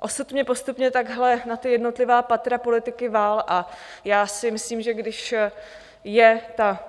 Osud mě postupně na takhleta jednotlivá patra politiky vál a já si myslím, že když je ta